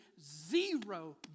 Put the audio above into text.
zero